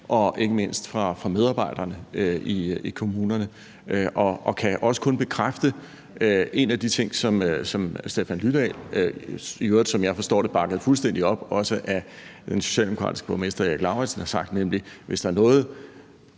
og ikke mindst fra medarbejderne i kommunerne. Og jeg kan også kun bekræfte en af de ting, som Stefan Lydal har sagt, i øvrigt, som jeg forstår det, også bakket fuldstændig op af den socialdemokratiske borgmester Erik Lauritzen, nemlig at hvis der er noget,